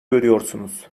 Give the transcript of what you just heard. görüyorsunuz